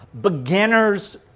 beginner's